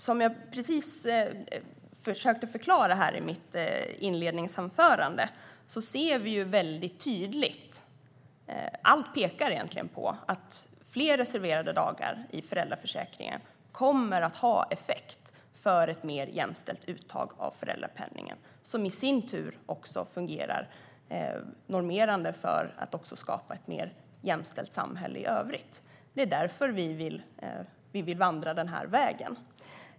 Som jag precis försökte förklara i mitt inledningsanförande syns det tydligt - och allt pekar på - att fler reserverade dagar i föräldraförsäkringen kommer att ha effekt för ett mer jämställt uttag av föräldrapenningen, som i sin tur också fungerar normerande för att skapa ett mer jämställt samhälle i övrigt. Det är därför vi vill vandra den vägen.